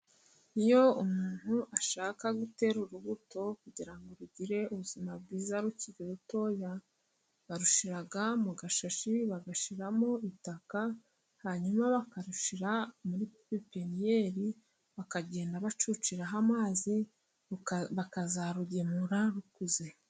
Iyo umuntu ashaka gutera urubuto， kugira ngo rugire ubuzima bwiza rukiri ruto， barushyira mu gashashi，bagashyiramo itaka， hanyuma bakarushyira muri pepiniyeri， bakagenda bacuciraho amazi， bakazarugemura rukuze.